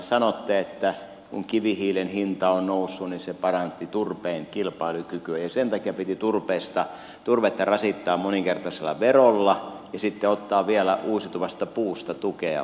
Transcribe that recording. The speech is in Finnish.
sanotte että kun kivihiilen hinta on noussut niin se paransi turpeen kilpailukykyä ja sen takia piti turvetta rasittaa moninkertaisella verolla ja sitten ottaa vielä uusiutuvasta puusta tukea pois